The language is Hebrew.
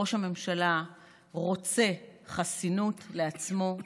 ראש הממשלה רוצה חסינות לעצמו,